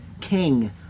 king